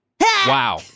Wow